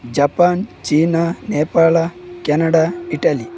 Japan China Nepal Canada Italy